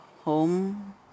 home